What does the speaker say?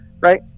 right